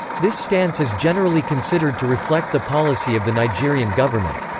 this stance is generally considered to reflect the policy of the nigerian government.